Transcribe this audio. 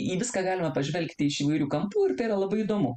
į viską galima pažvelgti iš įvairių kampų ir tai yra labai įdomu